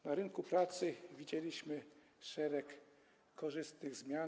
Na rynku pracy widzieliśmy szereg korzystnych zmian.